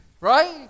right